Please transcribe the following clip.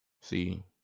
See